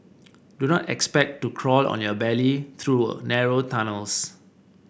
do not expect to crawl on your belly through narrow tunnels